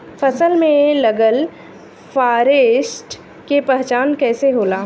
फसल में लगल फारेस्ट के पहचान कइसे होला?